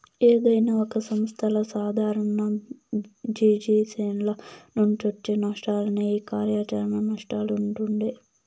ఏదైనా ఒక సంస్థల సాదారణ జిజినెస్ల నుంచొచ్చే నష్టాలనే ఈ కార్యాచరణ నష్టాలంటుండె